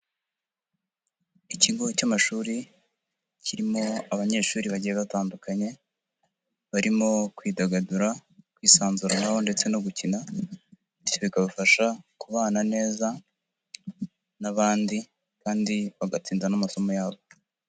Ikigo cy'amashuri kirimo abanyeshuri bagiye batandukanye. Barimo kwidagadura, kwisanzuranaho ndetse no gukina. Bikabafasha kubana neza n'abandi kandi bagatsinda n'amasomo yabo.